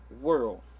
world